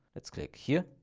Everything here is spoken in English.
let's click here